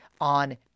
on